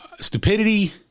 stupidity